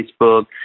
Facebook